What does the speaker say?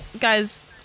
guys